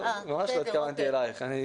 ממש לא התכוונתי אלייך,